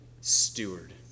steward